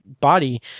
body